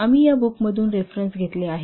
आम्ही या बुकमधून रेफरन्स घेतले आहेत